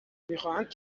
میخواهند